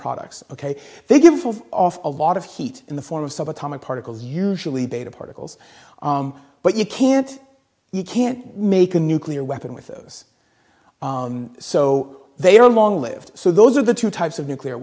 products ok they give off a lot of heat in the form of subatomic particles usually beta particles but you can't you can't make a nuclear weapon with those so they are long lived so those are the two types of nuclear